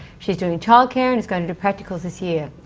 she's doing childcare and is going to do practicals this year.